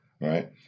Right